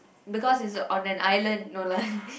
because it's a on an island no lah